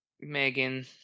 Megan